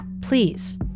please